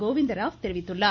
கோவிந்தராவ் தெரிவித்துள்ளார்